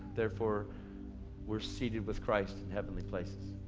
therefore we are seated with christ in heavenly places.